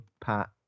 Pat